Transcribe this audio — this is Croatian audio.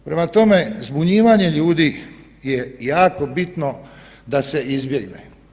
Prema tome, zbunjivanje ljudi je jako bitno da se izbjegne.